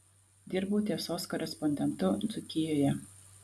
dirbau tiesos korespondentu dzūkijoje